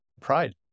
pride